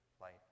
light